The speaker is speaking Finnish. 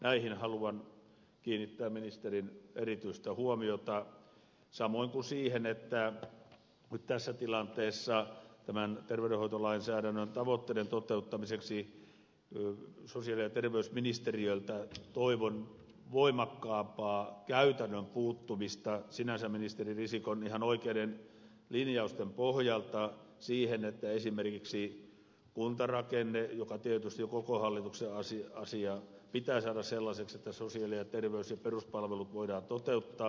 näihin haluan kiinnittää ministerin erityistä huomiota samoin kuin siihen että nyt tässä tilanteessa tämän terveydenhoitolainsäädännön tavoitteiden toteuttamiseksi toivon sosiaali ja terveysministeriöltä voimakkaampaa käytännön puuttumista ministeri risikon sinänsä ihan oikeiden linjausten pohjalta siihen että esimerkiksi kuntarakenne joka tietysti on koko hallituksen asia pitää saada sellaiseksi että sosiaali ja terveys ja peruspalvelut voidaan toteuttaa